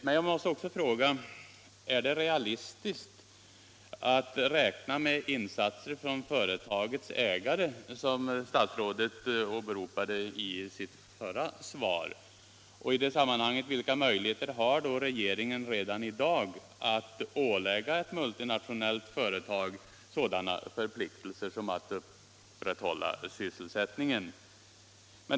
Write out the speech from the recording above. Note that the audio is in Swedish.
Men jag måste också fråga: Är det realistiskt att räkna med insatser från företagets ägare, som statsrådet talade om i sitt förra svar? Vilka möjligheter har regeringen redan i dag att ålägga ett multinationellt företag sådana förpliktelser som att upprätthålla sysselsättningen?